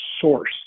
source